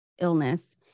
illness